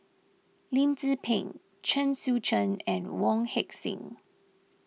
Lim Tze Peng Chen Sucheng and Wong Heck Sing